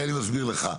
לכן אני מסביר לך.